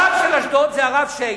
הרב של אשדוד הוא הרב שיינין.